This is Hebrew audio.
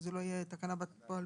שזאת לא תהיה תקנה בת פועל